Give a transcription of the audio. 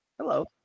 Hello